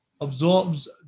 absorbs